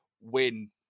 win